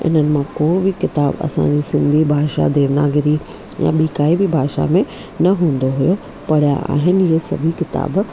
इननि मां कोई बि किताब असांजे सिंधी भाषा देवनागरी या ॿी काई बि भाषा में न हूंदो हुयो पढ़िया आहिनि इहे सभु किताब